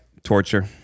Torture